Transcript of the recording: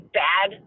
bad